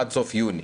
עד סוף יוני.